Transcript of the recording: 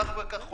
כך וכך חולים.